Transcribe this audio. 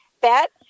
Bet